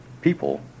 people